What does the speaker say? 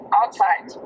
outside